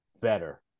better